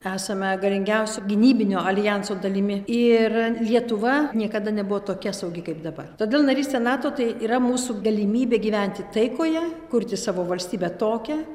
esame galingiausio gynybinio aljanso dalimi ir lietuva niekada nebuvo tokia saugi kaip dabar todėl narystė nato tai yra mūsų galimybė gyventi taikoje kurti savo valstybę tokią